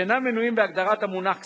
שאינם מנויים בהגדרת המונח "כספים".